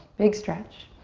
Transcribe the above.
big stretch.